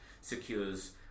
secures